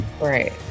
Right